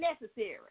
necessary